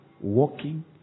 walking